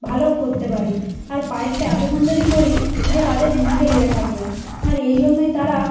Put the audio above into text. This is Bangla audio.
ভালোও করতে পারি আর পায়েসটা এত সুন্দরই করি যে তাদের মুখে লেগে থাকবে আর এই জন্যই তারা